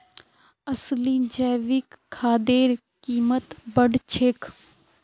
असली जैविक खादेर कीमत बढ़ छेक